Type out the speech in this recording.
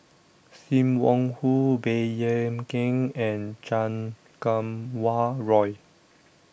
SIM Wong Hoo Baey Yam Keng and Chan Kum Wah Roy